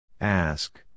Ask